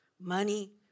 money